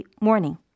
morning